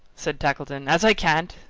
said tackleton. as i can't,